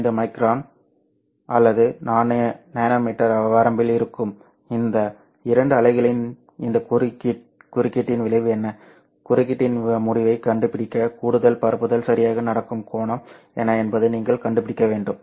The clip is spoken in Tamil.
015 மைக்ரான் அல்லது நானோமீட்டர் வரம்பில் இருக்கும் இந்த இரண்டு அலைகளின் இந்த குறுக்கீட்டின் விளைவு என்ன குறுக்கீட்டின் முடிவைக் கண்டுபிடிக்க கூடுதல் பரப்புதல் சரியாக நடக்கும் கோணம் என்ன என்பதை நீங்கள் கண்டுபிடிக்க வேண்டும்